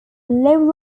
low